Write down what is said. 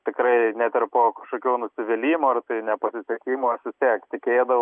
tikrai net ir po kažkokių nusivylimų ar tai nepasisekimų aš vis tiek tikėdavau